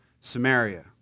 Samaria